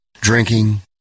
Drinking